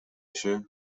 się